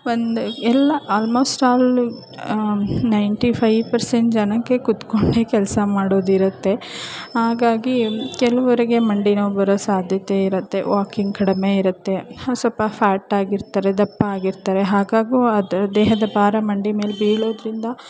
ಒಂದು ಎಲ್ಲ almost all ninety five percent ಜನಕ್ಕೆ ಕುತ್ಕೊಂಡೆ ಕೆಲಸ ಮಾಡೋದು ಇರುತ್ತೆ ಹಾಗಾಗಿ ಕೆಲವರಿಗೆ ಮಂಡಿ ನೋವು ಬರೋ ಸಾಧ್ಯತೆ ಇರುತ್ತೆ ವಾಕಿಂಗ್ ಕಡಿಮೆ ಇರುತ್ತೆ ಒಂದು ಸ್ವಲ್ಪ ಫ್ಯಾಟ್ ಆಗಿರ್ತಾರೆ ದಪ್ಪ ಆಗಿರ್ತಾರೆ ಹಾಗಾಗೂ ಆ ದ ದೇಹದ ಭಾರ ಮಂಡಿ ಮೇಲೆ ಬೀಳೋದರಿಂದ